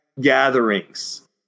gatherings